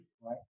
right